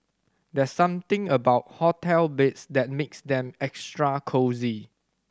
there's something about hotel beds that makes them extra cosy